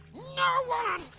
no one!